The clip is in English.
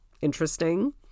interesting